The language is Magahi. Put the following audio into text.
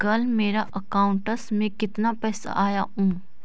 कल मेरा अकाउंटस में कितना पैसा आया ऊ?